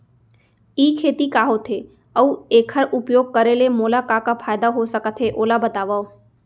ई खेती का होथे, अऊ एखर उपयोग करे ले मोला का का फायदा हो सकत हे ओला बतावव?